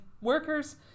workers